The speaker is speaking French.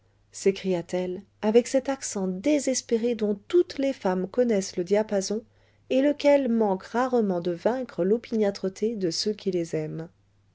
s'écria-t-elle avec cet accent désespéré dont toutes les femmes connaissent le diapason et lequel manque rarement de vaincre l'opiniâtreté de ceux qui les aiment